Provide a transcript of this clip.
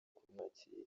kumwakira